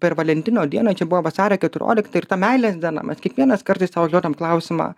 per valentino dieną čia buvo vasario keturiolikta ir ta meilės diena mes kiekvienas kartais sau užduodam klausimą